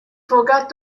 forgot